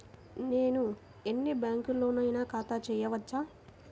నేను ఎన్ని బ్యాంకులలోనైనా ఖాతా చేయవచ్చా?